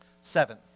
Seven